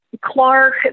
Clark